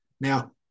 Now